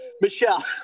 Michelle